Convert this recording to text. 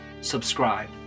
subscribe